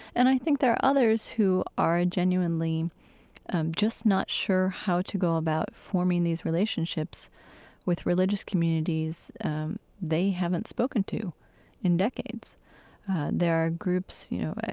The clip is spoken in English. and i think there are others who are genuinely just not sure how to go about forming these relationships with religious communities they haven't spoken to in decades there are groups, you know,